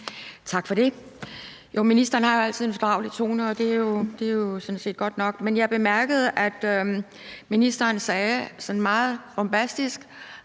Tak for det. Ministeren har jo altid en fordragelig tone, og det er sådan set godt nok. Men jeg bemærkede, at ministeren sagde sådan meget bombastisk,